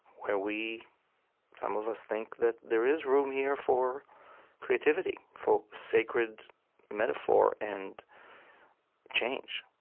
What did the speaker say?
where we some of us think that there is room here for creativity, for sacred metaphor and change.